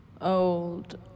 Old